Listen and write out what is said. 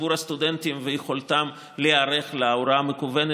ציבור הסטודנטים ויכולתם להיערך להוראה המקוונת.